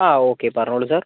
ആ ഓക്കെ പറഞ്ഞോളൂ സാർ